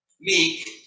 meek